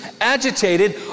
agitated